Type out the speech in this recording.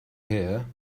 here